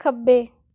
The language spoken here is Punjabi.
ਖੱਬੇ